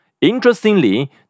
Interestingly